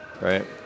right